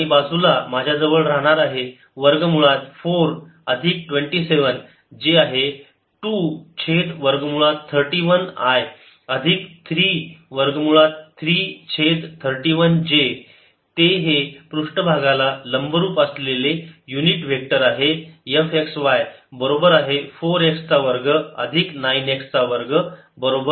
आतल्या बाजूला माझ्याजवळ राहणार आहे वर्ग मुळात 4 अधिक 27 जे आहे 2 छेद वर्ग मुळात 31 i अधिक 3 वर्ग मुळात 3 छेद 31 j ते हे पृष्ठभागाला लंबरूप असलेले युनिट व्हेक्टर आहे f x y बरोबर आहे 4 x चा वर्ग अधिक 9 x चा वर्ग बरोबर 36